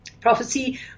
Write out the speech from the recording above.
prophecy